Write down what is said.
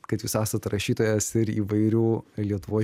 kad jūs esat rašytojas ir įvairių lietuvoj